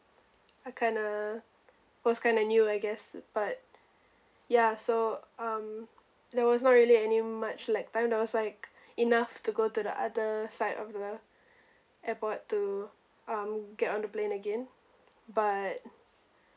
I kinda was kinda new I guess but ya so um there was not really any much lag time there was like enough to go to the other side of the airport to um get on the plane again but